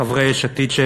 חברי יש עתיד,